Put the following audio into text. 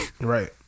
Right